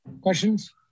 Questions